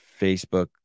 Facebook